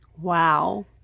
Wow